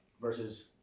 versus